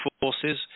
forces